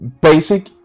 basic